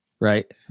Right